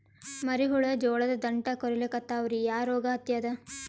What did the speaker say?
ಮರಿ ಹುಳ ಜೋಳದ ದಂಟ ಕೊರಿಲಿಕತ್ತಾವ ರೀ ಯಾ ರೋಗ ಹತ್ಯಾದ?